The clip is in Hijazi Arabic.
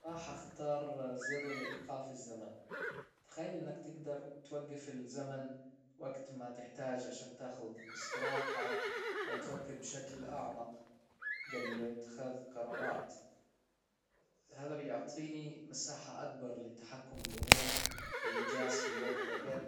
راح اختار زر لايقاف الزمن تخيل انك تقدر توقف الزمن وقت ما تحتاج عشان تاخذ استراحة او تفكر بشكل اعمق جبل اتخاز قرارات هذا بيعطيني مساحة اكبر للتحكم بالامور والانجاز فى وقت اقل